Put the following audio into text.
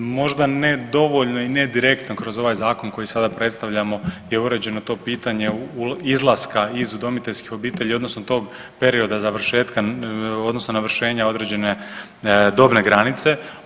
Pa možda ne dovoljno i ne direktno kroz ovaj Zakon koji sada predstavljamo je uređeno to pitanje izlaska iz udomiteljskih obitelji, odnosno tog perioda završetka, odnosno navršenja određene dobne granice.